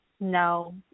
No